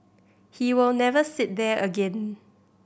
he will never sit there again